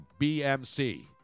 BMC